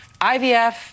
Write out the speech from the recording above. IVF